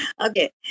Okay